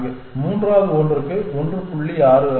4 மூன்றாவது ஒன்றுக்கு 1